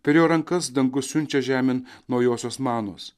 per jo rankas dangus siunčia žemėn naujosios manos